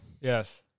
Yes